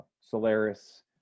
Solaris